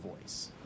voice